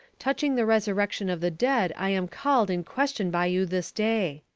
touching the resurrection of the dead i am called in question by you this day.